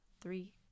three